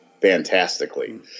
fantastically